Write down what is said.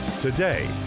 Today